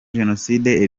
jenoside